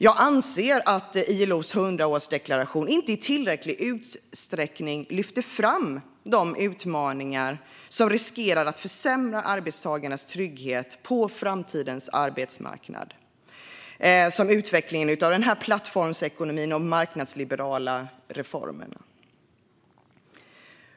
Jag anser att ILO:s hundraårsdeklaration inte i tillräcklig utsträckning lyfter fram de utmaningar som riskerar att försämra arbetstagarnas trygghet på framtidens arbetsmarknad, till exempel utvecklingen av plattformsekonomin och marknadsliberala reformer.